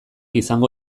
izango